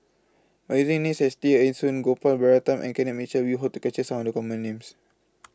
By using Names such as Tear Ee Soon Gopal Baratham and Ken Mitchell We Hope to capture Some of The Common Names